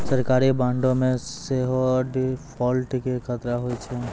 सरकारी बांडो मे सेहो डिफ़ॉल्ट के खतरा होय छै